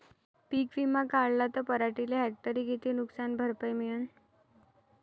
पीक विमा काढला त पराटीले हेक्टरी किती नुकसान भरपाई मिळीनं?